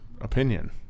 opinion